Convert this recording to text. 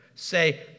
say